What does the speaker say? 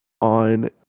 on